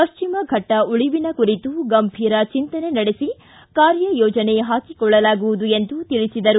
ಪಶ್ಚಿಮಘಟ್ಟ ಉಳಿವಿನ ಕುರಿತು ಗಂಭೀರ ಚಿಂತನೆ ನಡೆಸಿ ಕಾರ್ಯಯೋಜನೆ ಹಾಕಿಕೊಳ್ಳಲಾಗುವುದು ಎಂದು ತಿಳಿಸಿದರು